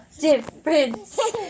difference